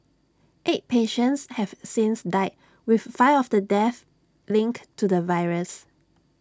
eight patients have since died with five of the deaths linked to the virus